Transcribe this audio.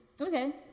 Okay